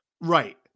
right